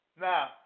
Now